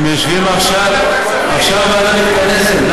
הם יושבים עכשיו, עכשיו ועדה מתכנסת.